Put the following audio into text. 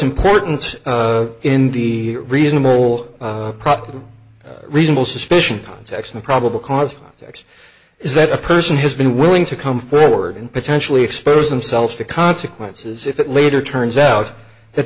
important in the reasonable proper reasonable suspicion context and probable cause x is that a person has been willing to come forward and potentially expose themselves to consequences if it later turns out that